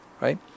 right